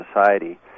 society